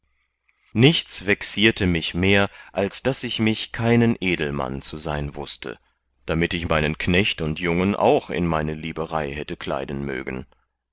nichts vexierte mich mehr als daß ich mich keinen edelmann zu sein wußte damit ich meinen knecht und jungen auch in meine liberei hätte kleiden mögen